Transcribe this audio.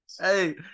Hey